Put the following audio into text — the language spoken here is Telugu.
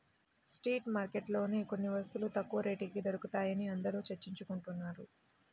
స్ట్రీట్ మార్కెట్లలోనే కొన్ని వస్తువులు తక్కువ రేటుకి దొరుకుతాయని అందరూ చర్చించుకుంటున్నారు